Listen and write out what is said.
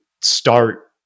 start